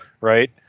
right